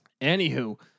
anywho